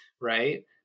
right